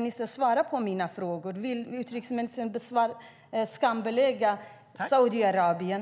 verkligen svara på mina frågor? Vill utrikesministern skambelägga Saudiarabien?